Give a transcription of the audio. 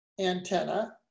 antenna